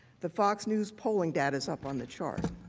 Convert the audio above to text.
the fox news polling data is up on the chart.